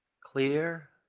Clear